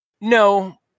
No